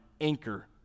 anchor